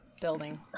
building